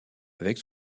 avec